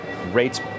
rates